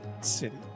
city